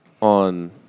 on